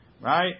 right